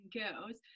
girls